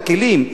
הכלים,